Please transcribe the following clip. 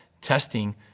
testing